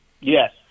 Yes